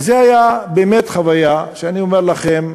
וזאת הייתה באמת חוויה, שאני אומר לכם,